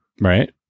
Right